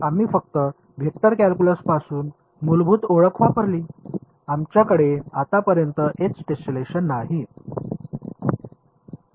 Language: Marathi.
आम्ही फक्त वेक्टर कॅल्क्युलसपासून मूलभूत ओळख वापरली आमच्याकडे आतापर्यंत एच टेस्लेशन नाही